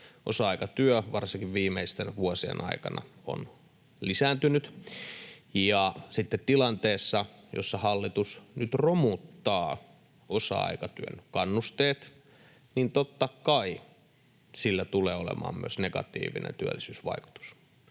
Osa-aikatyö, varsinkin viimeisten vuosien aikana, on lisääntynyt, ja sitten tilanteessa, jossa hallitus nyt romuttaa osa-aikatyön kannusteet, sillä tulee, totta kai, olemaan myös negatiivinen työllisyysvaikutus.